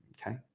Okay